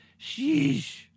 Sheesh